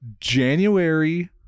January